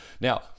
Now